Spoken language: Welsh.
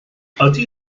ydy